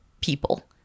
people